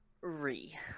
re